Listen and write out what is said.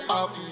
up